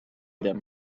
them